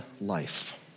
life